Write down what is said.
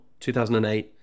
2008